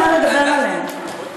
הגיע הזמן לדבר עליהם.